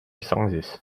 sizes